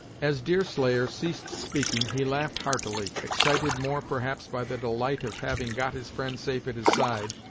as deerslayer ceased speaking, he laughed heartily, excited more perhaps by the delight of having got his friend safe at his side,